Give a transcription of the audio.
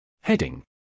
Heading